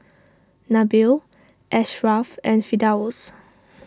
Nabil Ashraff and Firdaus